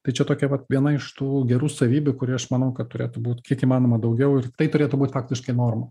tai čia tokia vat viena iš tų gerų savybių kuri aš manau kad turėtų būt kiek įmanoma daugiau ir tai turėtų būt faktiškai norma